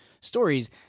stories